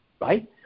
right